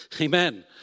Amen